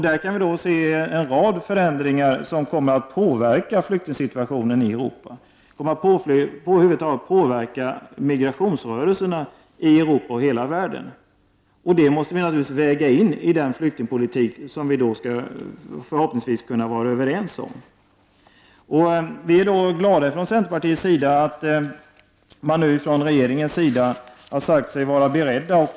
Vi kan se en rad förändringar som kommer att påverka flyktingsituationen i Europa och emigrationsrörelserna över huvud taget i Europa och i hela världen. Det måste vi naturligtvis väga in i den flyktingpolitik som vi förhoppningsvis skall kunna vara överens om. Vi i centerpartiet är glada över att regeringen nu har sagt sig vara beredd att diskutera.